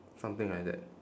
something like that